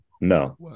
No